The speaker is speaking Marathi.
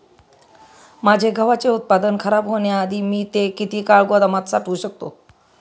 माझे गव्हाचे उत्पादन खराब होण्याआधी मी ते किती काळ गोदामात साठवू शकतो?